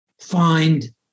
find